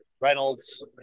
Reynolds